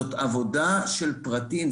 זאת עבודה של פרטים,